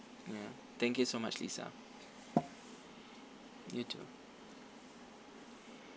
ya thank you so much lisa you too